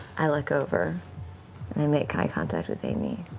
i look over and make eye contact with aimee.